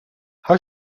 how